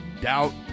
doubt